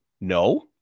No